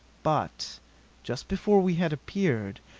but just before we had appeared,